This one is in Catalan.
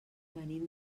venim